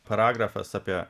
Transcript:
paragrafas apie